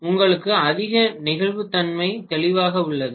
உங்களுக்கு அதிக நெகிழ்வுத்தன்மை தெளிவாக உள்ளது